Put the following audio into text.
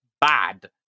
bad